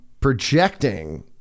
projecting